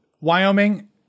Wyoming